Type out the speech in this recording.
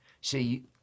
See